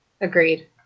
Agreed